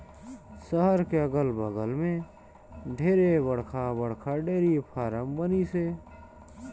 सहर के अगल बगल में ढेरे बड़खा बड़खा डेयरी फारम बनिसे